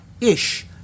ish